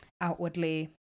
outwardly